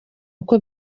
uko